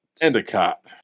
Endicott